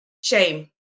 shame